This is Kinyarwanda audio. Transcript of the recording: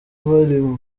bari